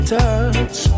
touch